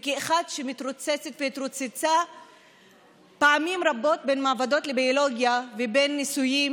כאחת שהתרוצצה פעמים רבות בין מעבדות לביולוגיה ובין ניסויים